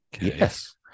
Yes